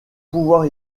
pouvoir